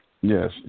Yes